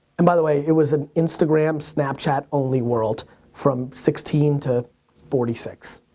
and by the way it was an instagram, snapchat only world from sixteen to forty six.